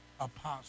Apostle